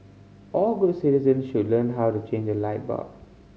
all good citizen should learn how to change a light bulb